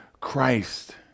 Christ